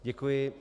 Děkuji.